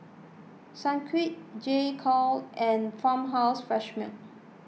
Sunquick J Co and Farmhouse Fresh Milk